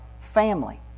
family